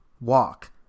walk